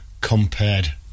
compared